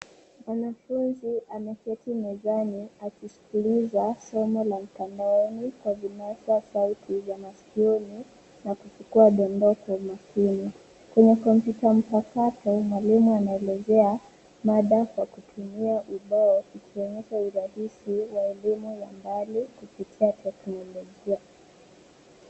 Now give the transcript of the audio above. Mwanafunzi ameketi mezani akisikiliza somo la mtandaoni kwa vinasasauti vya masikioni na kuchukua dondoo kwa umakini. Kwenye kompyuta mpakato mwalimu anaelezea mada kwa kutumia idaa ya kutonyesha udadisi wa elimu ya mbali kupitia teknolojia.